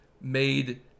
made